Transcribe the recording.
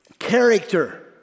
character